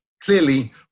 clearly